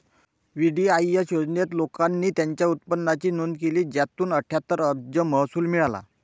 VDIS योजनेत, लोकांनी त्यांच्या उत्पन्नाची नोंद केली, ज्यातून अठ्ठ्याहत्तर अब्ज महसूल मिळाला